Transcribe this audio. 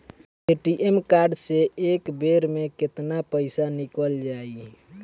ATM card से एक बेर मे केतना पईसा निकल जाई?